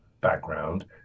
background